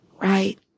right